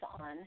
on